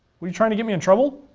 were you trying to get me in trouble?